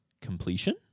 completion